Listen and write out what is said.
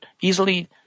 easily